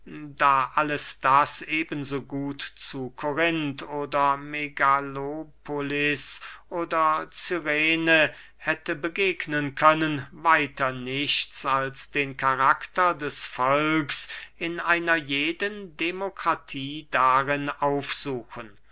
da alles das eben so gut zu korinth oder megalopolis oder cyrene hätte begegnen können weiter nichts als den karakter des volks in einer jeden demokratie darin aufsuchen